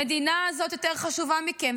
המדינה הזו יותר חשובה מכם.